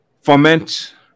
foment